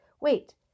Wait